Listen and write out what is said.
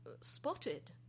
spotted